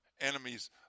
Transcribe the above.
enemies